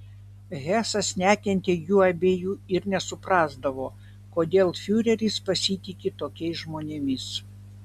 hesas nekentė jų abiejų ir nesuprasdavo kodėl fiureris pasitiki tokiais žmonėmis